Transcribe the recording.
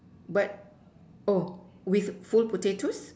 but oh with full potatoes